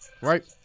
Right